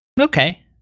Okay